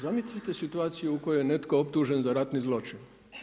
Zamislite situaciju u kojoj je netko optužen za ratni zločin.